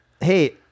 Hey